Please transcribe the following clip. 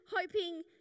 hoping